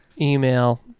email